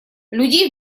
людей